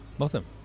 Awesome